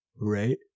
Right